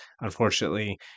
unfortunately